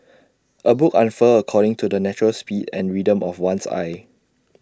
A book unfurls according to the natural speed and rhythm of one's eye